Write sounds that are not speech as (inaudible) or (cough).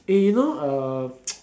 eh you know uh (noise)